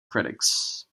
critics